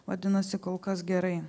vadinasi kol kas gerai